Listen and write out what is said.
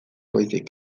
baizik